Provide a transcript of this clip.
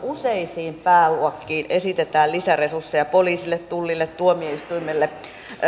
useisiin pääluokkiin esitetään lisäresursseja poliisille tullille tuomioistuimelle